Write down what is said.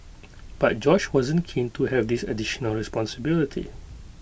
but Josh wasn't keen to have this additional responsibility